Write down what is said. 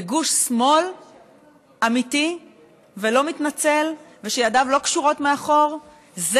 וגוש שמאל אמיתי ולא מתנצל ושידיו לא קשורות מאחור זה